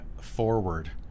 forward